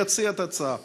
אני אציע את ההצעה.